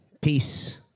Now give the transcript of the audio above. Peace